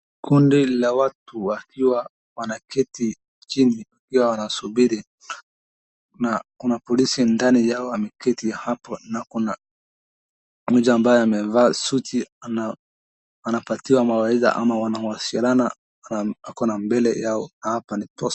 Kundi la watu wakiwa wanaketi chini wakiwa wanasubiri na kuna polisi ndani yao ameketi hapo. Na kuna mmoja ambaye amevaa suti anapatiwa mawaidha ama wanasaliana na ako na mbele yao na hapa ni posta.